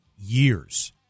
years